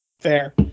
Fair